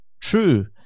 true